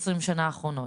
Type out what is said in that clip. ב-20 השנה האחרונות.